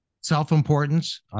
self-importance